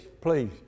please